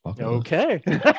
Okay